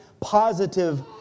positive